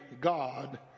God